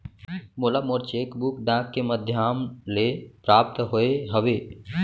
मोला मोर cheque book डाक के मध्याम ले प्राप्त होय हवे